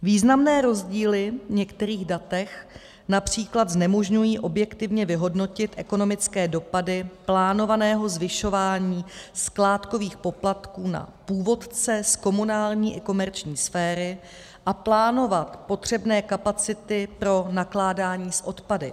Významné rozdíly v některých datech například znemožňují objektivně vyhodnotit ekonomické dopady plánovaného zvyšování skládkových poplatků na původce z komunální i komerční sféry a plánovat potřebné kapacity pro nakládání s odpady.